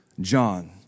John